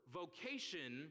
vocation